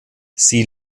sie